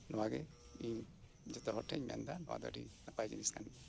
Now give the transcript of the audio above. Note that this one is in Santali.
ᱱᱚᱣᱟ ᱜᱮ ᱤᱧ ᱡᱚᱛᱚ ᱦᱚᱲ ᱴᱷᱮᱱᱤᱧ ᱢᱮᱱ ᱫᱟ ᱱᱚᱣᱟ ᱫᱚ ᱟᱰᱤ ᱱᱟᱯᱟᱭ ᱡᱤᱱᱤᱥ ᱠᱟᱱ ᱜᱮᱭᱟ